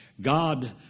God